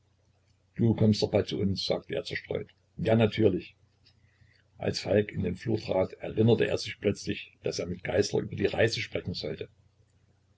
du kommst doch bald zu uns sagte er zerstreut ja natürlich als falk in den flur trat erinnerte er sich plötzlich daß er mit geißler über die reise sprechen sollte